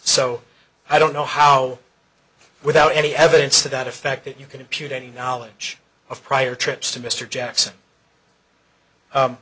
so i don't know how without any evidence to that effect that you can putin any knowledge of prior trips to mr jacks